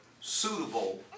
suitable